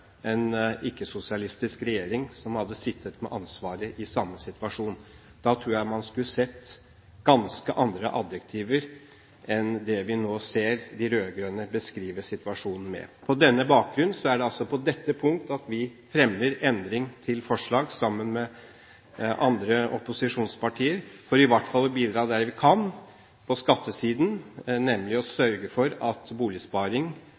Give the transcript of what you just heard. en ikke-sosialistisk regjering som hadde sittet med ansvaret i samme situasjon. Da tror jeg man hadde sett ganske andre adjektiver enn det vi nå ser de rød-grønne beskrive situasjonen med. På denne bakgrunn er det vi – sammen med andre opposisjonspartier – på dette punkt fremmer endring til forslag, for i hvert fall å bidra der vi kan, på skattesiden, nemlig ved å sørge for at boligsparing